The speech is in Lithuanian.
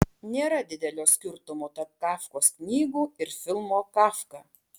nėra didelio skirtumo tarp kafkos knygų ir filmo kafka